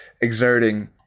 exerting